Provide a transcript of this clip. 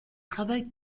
travaille